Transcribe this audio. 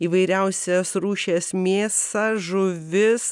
įvairiausios rūšies mėsa žuvis